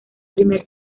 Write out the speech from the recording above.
primer